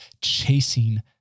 chasing